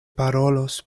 parolos